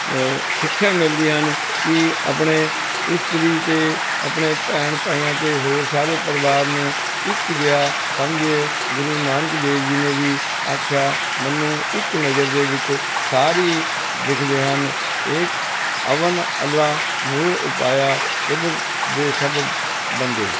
ਸਿੱਖਿਆ ਮਿਲਦੀ ਹਨ ਕਿ ਆਪਣੇ ਇਸਤਰੀ ਅਤੇ ਆਪਣੇ ਭੈਣ ਭਾਈਆਂ ਅਤੇ ਹੋਰ ਸਾਰੇ ਪਰਿਵਾਰ ਨੂੰ ਇੱਕ ਜਿਹਾ ਸਮਝੀਏ ਗੁਰੂ ਨਾਨਕ ਦੇਵ ਜੀ ਨੇ ਵੀ ਆਖਿਆ ਮੈਨੂੰ ਇੱਕ ਨਜ਼ਰ ਦੇ ਵਿੱਚ ਸਾਰੇ ਦਿਖਦੇ ਹਨ ਏਕ ਅਵਲਿ ਅਲਹ ਨੂਰੁ ਉਪਾਇਆ ਕੁਦਰਤਿ ਕੇ ਸਭ ਬੰਦੇ